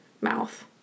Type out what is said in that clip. mouth